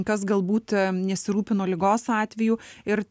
kas galbūt nesirūpino ligos atveju ir